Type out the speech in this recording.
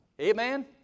amen